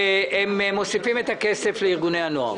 שהם מוסיפים את הכסף לארגוני הנוער,